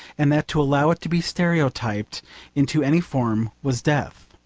and that to allow it to be stereotyped into any form was death.